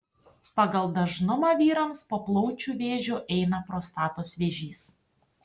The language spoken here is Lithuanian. pagal dažnumą vyrams po plaučių vėžio eina prostatos vėžys